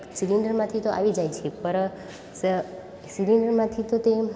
સિલિન્ડરમાંથી તો આવી જાય છે પર સિલન્ડરમાંથી તો તે